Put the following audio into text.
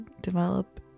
develop